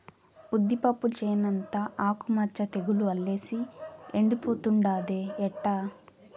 ఉద్దిపప్పు చేనంతా ఆకు మచ్చ తెగులు అల్లేసి ఎండిపోతుండాదే ఎట్టా